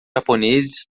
japoneses